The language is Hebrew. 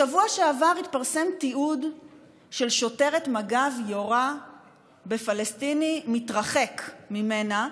בשבוע שעבר התפרסם תיעוד של שוטרת מג"ב יורה בפלסטיני שמתרחק ממנה,